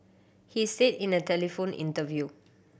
he said in a telephone interview